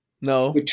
No